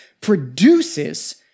produces